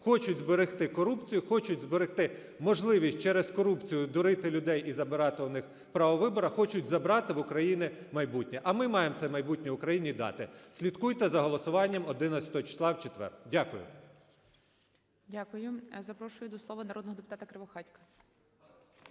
хочуть зберегти корупцію, хочуть зберегти можливість через корупцію дурити людей і забирати в них право вибору, хочуть забрати в України майбутнє, а ми маємо це майбутнє Україні дати. Слідкуйте за голосуванням 11 числа, у четвер. Дякую. ГОЛОВУЮЧИЙ. Дякую. Запрошую до слова народного депутата Кривохатька.